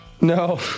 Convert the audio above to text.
No